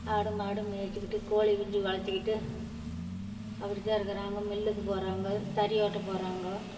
ஆடும் மாடும் மேய்ச்சிக்கிட்டு கோழி குஞ்சு வளர்த்திக்கிட்டு அப்படித்தான் இருக்குறாங்கள் மில்லுக்கு போகிறாங்க தறி ஓட்டப் போறாங்க